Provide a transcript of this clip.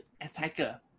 attacker